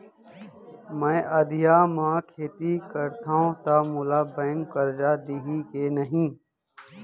मैं अधिया म खेती करथंव त मोला बैंक करजा दिही के नही?